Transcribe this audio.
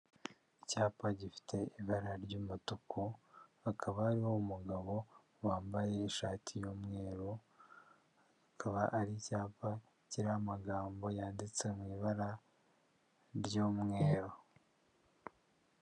Icyapa gifite ibara ry'umutuku hakaba hariho umugabo wambaye ishati y'umweru, akaba ari icyapa kiriho amagambo yanditse mu ibara ry'umweru.